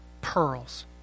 pearls